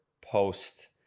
post